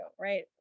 right